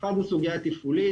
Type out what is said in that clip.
אחת היא סוגיה תפעולית,